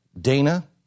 Dana